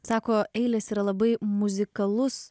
sako eilės yra labai muzikalus